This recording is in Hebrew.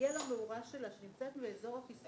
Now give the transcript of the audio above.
ולהגיע למאורה שלה שנמצאת באזור הכיסוח.